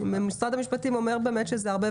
אם משרד המשפטים אומר ש-180 ימים זה הרבה,